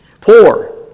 Poor